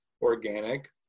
organic